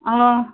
آ